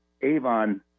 Avon